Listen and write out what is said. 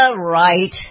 right